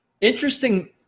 Interesting